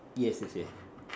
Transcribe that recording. yes yes yes